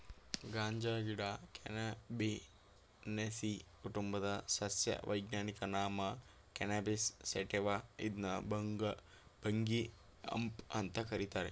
ಗಾಂಜಾಗಿಡ ಕ್ಯಾನಬಿನೇಸೀ ಕುಟುಂಬದ ಸಸ್ಯ ವೈಜ್ಞಾನಿಕ ನಾಮ ಕ್ಯಾನಬಿಸ್ ಸೇಟಿವ ಇದ್ನ ಭಂಗಿ ಹೆಂಪ್ ಅಂತ ಕರೀತಾರೆ